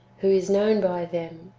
who is known by them?